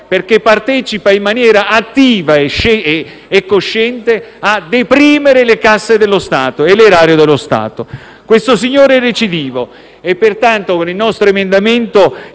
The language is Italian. perché partecipa in maniera attiva e cosciente a deprimere le casse e l'erario dello Stato. Questo signore è recidivo. Pertanto, con il nostro emendamento,